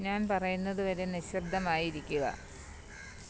ഞാൻ പറയുന്നതുവരെ നിശബ്ദമായിരിക്കുക